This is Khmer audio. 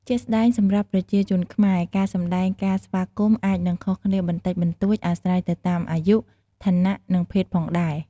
ជាក់ស្ដែង សម្រាប់ប្រជាជនខ្មែរ ការសម្ដែងការស្វាគមន៍អាចនឹងខុសគ្នាបន្តិចបន្តួចអាស្រ័យទៅតាមអាយុ ឋានៈ និងភេទផងដែរ។